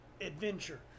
adventure